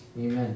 Amen